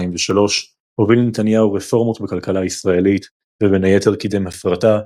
הוביל נתניהו רפורמות בכלכלה הישראלית ובין היתר קידם הפרטה,